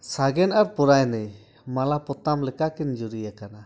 ᱥᱟᱜᱮᱱ ᱟᱨ ᱯᱚᱨᱟᱭᱱᱤ ᱢᱟᱞᱟ ᱯᱚᱛᱟᱢ ᱞᱮᱠᱟᱠᱤᱱ ᱡᱩᱨᱤᱭᱟᱠᱟᱱᱟ